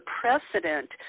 precedent